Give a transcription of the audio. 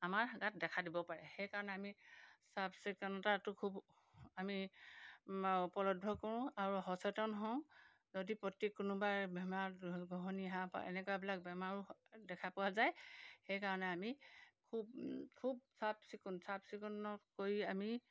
আমাৰ গাত দেখা দিব পাৰে সেইকাৰণে আমি চাফচিকুণতাটো খুব আমি আমাৰ উপলব্ধ কৰোঁ আৰু সচেতন হওঁ যদি প্ৰতি কোনোবাই বেমাৰ গ্ৰহণী শাও পৰা এনেকুৱাবিলাক বেমাৰো দেখা পোৱা যায় সেইকাৰণে আমি খুব খুব চাফ চিকুণ চাফ চিকুণত কৰি আমি